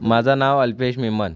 माझं नाव अल्पेश मेमन